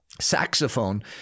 saxophone